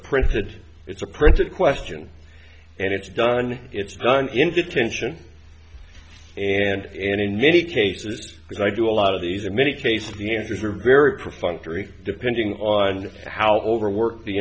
printed it's a printed question and it's done it's done in detention and and in many cases as i do a lot of these in many cases the answers are very perfunctory depending on how overworked the